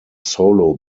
solo